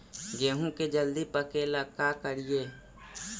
गेहूं के जल्दी पके ल का करियै?